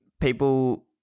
people